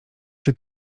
czy